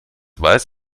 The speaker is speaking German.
weiß